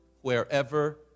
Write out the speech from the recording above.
wherever